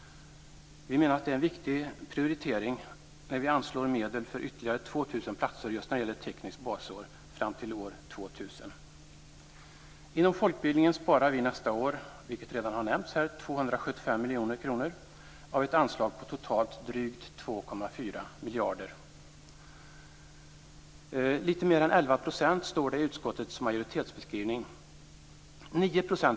Det är en viktig prioritering, och vi anslår därför medel för ytterligare 2 000 Inom folkbildningen sparar vi, som redan har nämnts, nästa år 275 miljoner kronor av ett anslag på totalt drygt 2,4 miljarder. Utskottsmajoriteten skriver att det handlar om litet mer än 11 %.